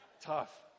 tough